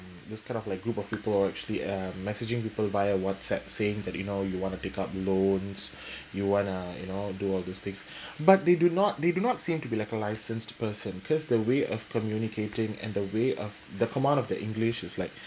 this kind of like a group of people who are actually uh messaging people via whatsapp saying that you know you want to pick up loans you want to you know do all these things but they do not they do not seem to be like a licensed person because the way of communicating and the way of the command of the english is like